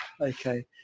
Okay